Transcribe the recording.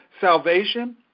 salvation